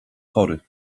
chory